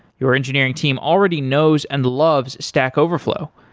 your engineering team already knows and loves stack overflow.